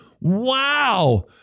Wow